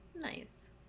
Nice